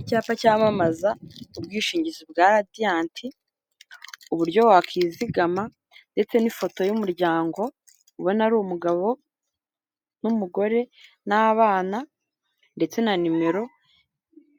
Icyapa cyamamaza ubwishingizi bwa radiyanti, uburyo wakwizigama ndetse n'ifoto y'umuryango ubona ari umugabo n'umugore n'abana, ndetse na nimero